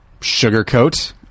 sugarcoat